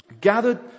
gathered